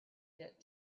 get